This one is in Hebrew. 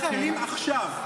צריך חיילים עכשיו.